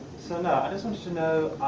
so now to know,